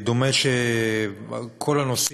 הנושא